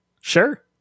Sure